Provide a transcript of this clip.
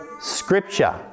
Scripture